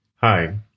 Hi